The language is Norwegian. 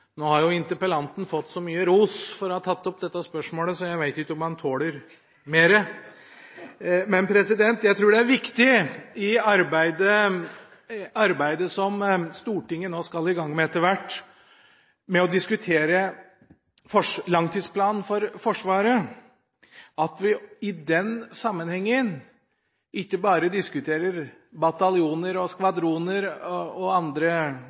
Interpellanten har fått mye ros for å ha tatt opp dette spørsmålet. Så jeg veit ikke om han tåler mer. Jeg trur det er viktig at vi i det arbeidet som Stortinget etter hvert skal i gang med, å diskutere langtidsplanen for Forsvaret, ikke bare diskuterer bataljoner, skvadroner og andre fysiske innretninger, men at vi også diskuterer menneskene i Forsvaret som organisasjon, og